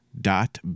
dot